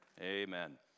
Amen